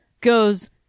goes